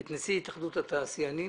את נשיא התאחדות התעשיינים,